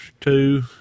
two